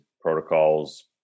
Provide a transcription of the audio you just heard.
protocols